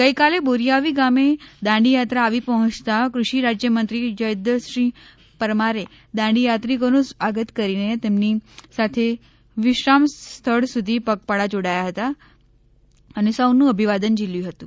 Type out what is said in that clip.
ગઈકાલે બોરીઆવી ગામે દાંડી યાત્રા આવી પહોંચતા ક઼ષિ રાજ્ય મંત્રી જયદ્રથસિંહ પરમારે દાંડી યાત્રિકોનું સ્વાગત કરી તેમની સાથે વિશ્રામ સ્થળ સુધી પગપાળા જોડાયા હતા અને સૌનું અભિવાદન ઝીલ્યું હતું